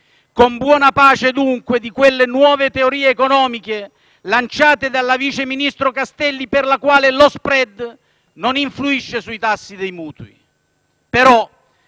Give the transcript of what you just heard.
con buona pace dunque di quelle nuove teorie economiche lanciate dalla viceministro Castelli per la quale lo *spread* non influisce sui tassi dei mutui.